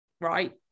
right